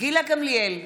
גילה גמליאל,